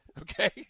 Okay